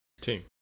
team